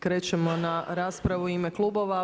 Krećemo na raspravu u ime klubova.